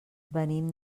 venim